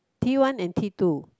T one and T two